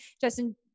Justin